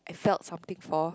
I felt something for